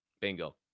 Bingo